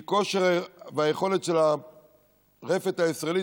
כי הכושר והיכולת של הרפת הישראלית